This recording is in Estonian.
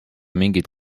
mingit